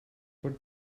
were